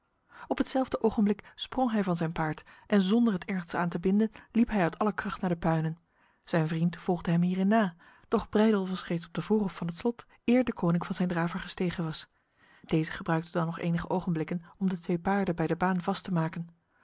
op hetzelfde ogenblik sprong hij van zijn paard en zonder het ergens aan te binden liep hij uit alle kracht naar de puinen zijn vriend volgde hem hierin na doch breydel was reeds op de voorhof van het slot eer deconinck van zijn draver gestegen was deze gebruikte dan nog enige ogenblikken om de twee paarden bij de baan vast te maken